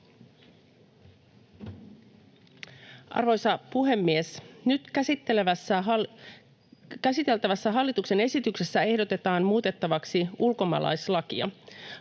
Arvoisa puhemies! Nyt käsiteltävässä hallituksen esityksessä ehdotetaan muutettavaksi ulkomaalaislakia.